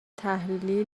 تحلیلی